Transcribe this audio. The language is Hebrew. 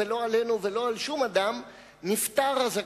משהו בדבריך.